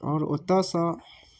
आओर ओतऽसँ